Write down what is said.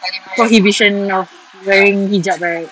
prohibition of wearing hijab right